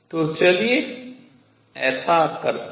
तो चलिए ऐसा करते हैं